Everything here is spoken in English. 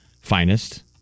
finest